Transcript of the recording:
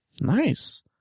Nice